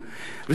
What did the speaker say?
זה לא הגיוני,